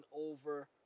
over